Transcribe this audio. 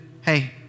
Hey